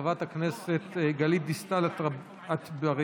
חברת הכנסת גלית דיסטל אטבריאן,